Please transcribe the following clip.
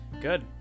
Good